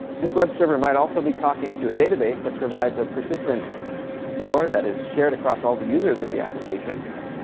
this web server might also be talking to a database that provides a persistent store that is shared across all the users of the application.